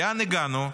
לאן הגענו?